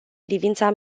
privința